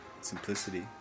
Simplicity